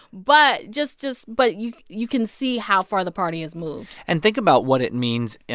but just just but you you can see how far the party has moved and think about what it means, and